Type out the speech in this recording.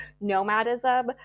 nomadism